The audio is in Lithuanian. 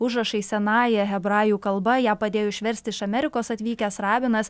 užrašai senąja hebrajų kalba ją padėjo išversti iš amerikos atvykęs rabinas